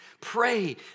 Pray